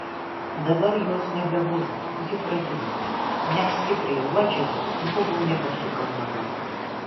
dabar jos nebebuvo ji pradingo net stipriai uodžiant buvo nebesugaunama